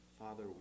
Father